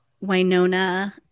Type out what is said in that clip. Winona